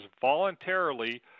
voluntarily